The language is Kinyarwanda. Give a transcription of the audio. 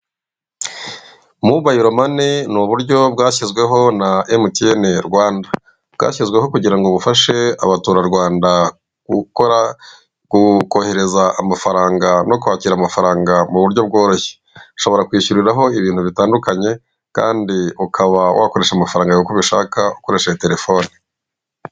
Mobayiro mani( mobile money) ni uburyo bwashyizweho na emutiyene (MTN) Rwanda .Bwashyizweho kugira ngo bufashe abaturarwanda gukora kohereza amafaranga no kwakira amafaranga mu buryo bworoshye .Ushobora kwishyuriraho ibintu bitandukanye kandi ukaba wakoresha amafaranga yawe uko ubishaka ukoresheje telefone.